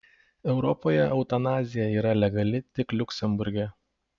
europoje eutanazija yra legali tik liuksemburge